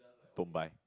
don't buy